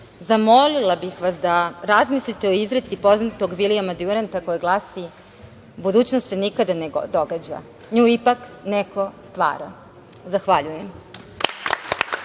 zamolila bih vas da razmislite o izreci poznatog Vilijama Djurenta koja glasi – budućnost se nikada ne događa nju ipak neko stvara. Zahvaljujem.